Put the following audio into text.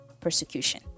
persecution